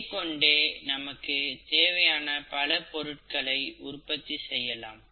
இதைக் கொண்டே நமக்கு தேவையான பல பொருட்களை உற்பத்தி செய்யலாம்